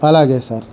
అలాగే సర్